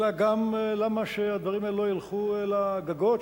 אלא גם למה שהדברים האלה לא ילכו לגגות,